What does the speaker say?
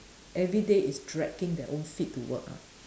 everyday is dragging their own feet to work ah